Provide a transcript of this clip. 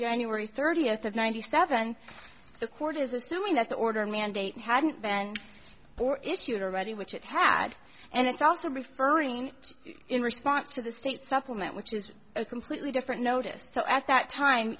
january thirtieth of ninety seven the court is assuming that the order mandate hadn't been or issued already which it had and it's also referring in response to the state supplement which is a completely different notice so at that time